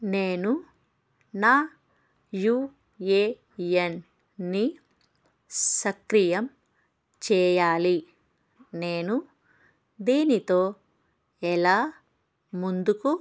నేను నా U A ఎన్ని సక్రియం చేయాలి నేను దీనితో ఎలా ముందుకు